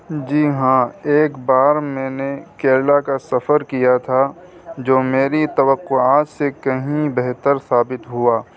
جی ہاں ایک بار میں نے کیرلا کا سفر کیا تھا جو میری توقعات سے کہیں بہتر ثابت ہوا